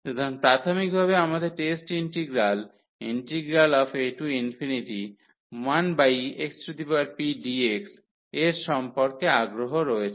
সুতরাং প্রাথমিকভাবে আমাদের টেস্ট ইন্টিগ্রাল a1xpdx এর সম্পর্কে আগ্রহ রয়েছে